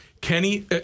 Kenny